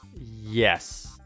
Yes